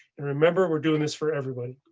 and remember we're doing this for everybody.